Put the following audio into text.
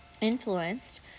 influenced